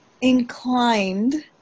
inclined